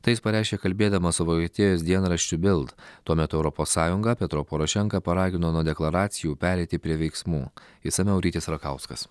tai jis pareiškė kalbėdamas su vokietijos dienraščiu bild tuo metu europos sąjungą petro porošenka paragino nuo deklaracijų pereiti prie veiksmų išsamiau rytis rakauskas